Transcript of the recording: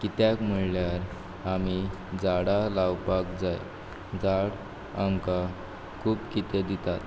कित्याक म्हळ्ळ्यार आमी झाडां लावपाक जाय झाड आमकां खूब कितें दितात